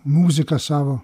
muziką savo